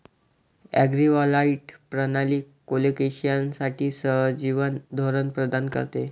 agrivoltaic प्रणाली कोलोकेशनसाठी सहजीवन धोरण प्रदान करते